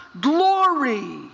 glory